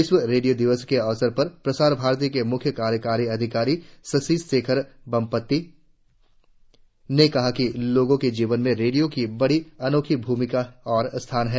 विश्व रेडियो दिवस के अवसर पर प्रसार भारती के मुख्य कार्यकारी अधिकारी शशि शेखर वेम्पटि ने कहा है कि लोगों के जीवन में रेडियो की बड़ी अनोखी भूमिका और स्थान है